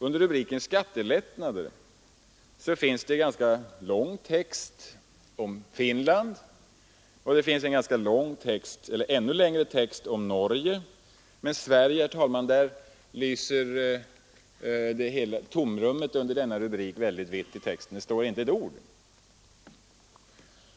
Under rubriken Skattelättnader finns det om Finland ett ganska långt stycke text och ett ännu längre när det gäller Norge, men för Sveriges del lyser tomrummet helt vitt där den texten skulle ha stått. Där står inte ett ord.